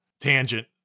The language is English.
tangent